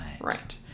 Right